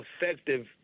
effective